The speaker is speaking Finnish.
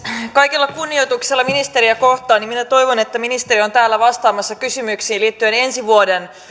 kaikella kunnioituksella ministeriä kohtaan minä toivon että ministeri on täällä vastaamassa kysymyksiin liittyen ensi vuoden